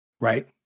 right